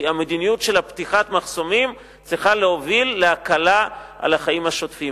כי המדיניות של פתיחת מחסומים צריכה להוביל להקלה על החיים השוטפים.